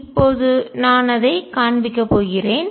இப்போது நான் அதை காண்பிக்கப் போகிறேன்